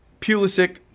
pulisic